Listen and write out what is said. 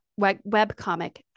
webcomic